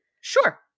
sure